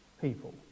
people